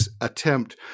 attempt